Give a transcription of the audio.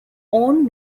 own